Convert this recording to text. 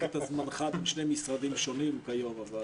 את זמנך בין שני משרדים שונים כיום...